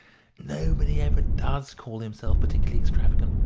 nobody ever does call himself particularly extravagant,